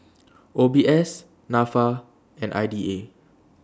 O B S Nafa and I D A